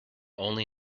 only